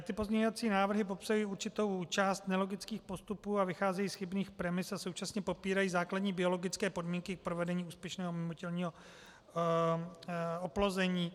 Ty pozměňovací návrhy popsaly určitou část nelogických postupů a vycházejí z chybných premis a současně popírají základní biologické podmínky k provedení úspěšného mimotělního oplození.